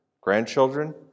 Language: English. grandchildren